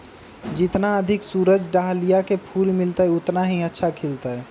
जितना अधिक सूरज डाहलिया के फूल मिलतय, उतना ही अच्छा खिलतय